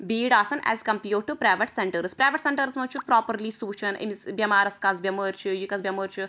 بھیٖڑ آسان as compared to private centres private centres مَنٛز چھُ پرٛاپرلی سُہ وُچھان أمس بیٚمارَس کۄس بیٚمٲرۍ چھِ یہِ کۄس بیٚماری چھِ